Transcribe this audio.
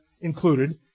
included